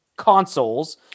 Consoles